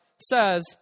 says